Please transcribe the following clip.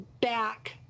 back